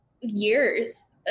years